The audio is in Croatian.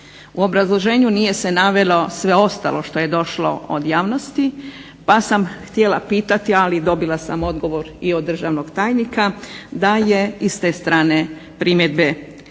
ovog Zakona. Nije se navelo sve ostalo što je došlo od javnosti pa sam htjela pitati a dobila sam odgovor od državnog tajnika, da je s te strane primjedbe Zakon